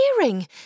hearing